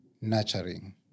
nurturing